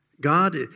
God